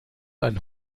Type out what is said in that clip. ein